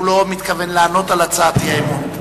הוא לא מתכוון לענות על הצעת האי-אמון.